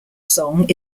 song